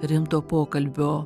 rimto pokalbio